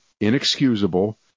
inexcusable